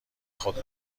خود